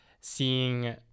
seeing